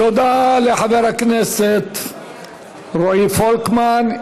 תודה לחבר הכנסת רועי פולקמן.